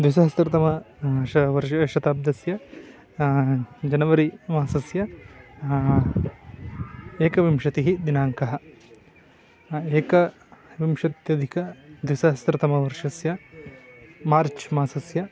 द्विसहस्रतम श वर्षशताब्दस्य जनवरि मासस्य एकविंशतिः दिनाङ्कः एकविंशत्यधिकद्विसहस्रतमवर्षस्य मार्च् मासस्य